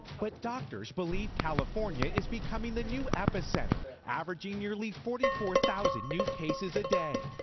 but doctors believe california is becoming the new epicenter, averaging nearly forty four thousand new cases a day.